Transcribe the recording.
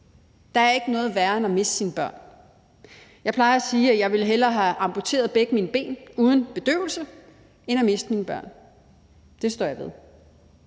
Der er ikke noget værre end at miste sine børn. Jeg plejer at sige, at jeg hellere ville have amputeret begge mine ben uden bedøvelse end at miste mine børn – det står jeg ved.